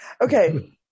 Okay